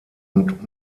und